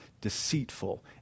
deceitful